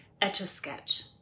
etch-a-sketch